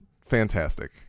fantastic